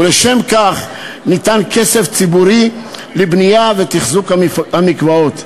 ולשם כך ניתן כסף ציבורי לבנייה ולתחזוק של המקוואות.